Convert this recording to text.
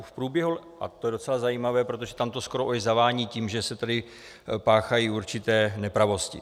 V průběhu a to je docela zajímavé, protože tam to skoro už zavání tím, že se tady páchají určité nepravosti.